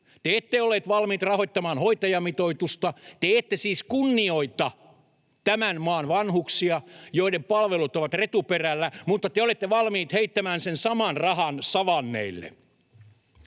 Te ette olleet valmiit rahoittamaan hoitajamitoitusta. Te ette siis kunnioita tämän maan vanhuksia, joiden palvelut ovat retuperällä, mutta te olette valmiit heittämään sen saman rahan savanneille.